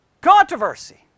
Controversy